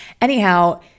Anyhow